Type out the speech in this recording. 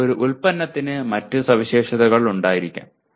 എന്നാൽ ഒരു ഉൽപ്പന്നത്തിന് മറ്റ് സവിശേഷതകൾ ഉണ്ടായിരിക്കാം